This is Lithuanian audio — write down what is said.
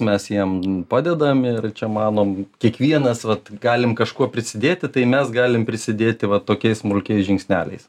mes jiem padedam ir čia manom kiekvienas vat galim kažkuo prisidėti tai mes galim prisidėti va tokiais smulkiais žingsneliais